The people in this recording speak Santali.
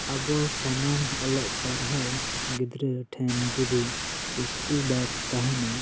ᱟᱵᱚ ᱥᱟᱱᱟᱢ ᱚᱞᱚᱜ ᱯᱟᱲᱦᱟᱣ ᱜᱤᱫᱽᱨᱟᱹ ᱴᱷᱮᱱ ᱡᱩᱫᱤ ᱤᱥᱠᱩᱞ ᱵᱮᱜᱽ ᱛᱟᱦᱮᱱᱟ